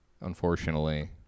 unfortunately